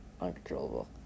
uncontrollable